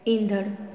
ईंदड़ु